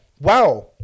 Wow